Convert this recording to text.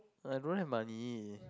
I don't have money